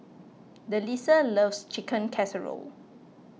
Delisa loves Chicken Casserole